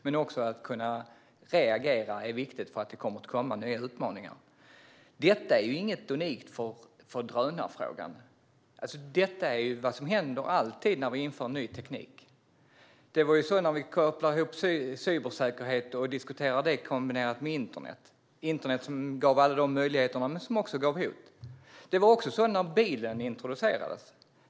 Men att kunna reagera är också viktigt, för det kommer att komma nya utmaningar. Detta är inget unikt för drönarfrågan. Detta är vad som alltid händer när vi inför ny teknik. Det var så när vi kopplade ihop cybersäkerhet och diskuterade det i kombination med internet - internet som gav alla de möjligheter som det för med sig men också hot. Det var också så när bilen introducerades.